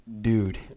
dude